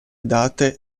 date